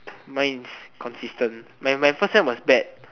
mine is consistent my my first time was bad